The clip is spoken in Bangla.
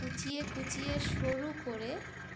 কুচিয়ে কুচিয়ে শুরু করে